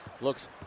looks